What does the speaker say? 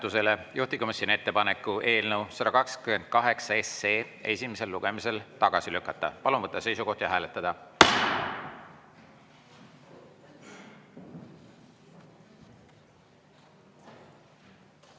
juhtivkomisjoni ettepaneku eelnõu 128 esimesel lugemisel tagasi lükata. Palun võtta seisukoht ja hääletada!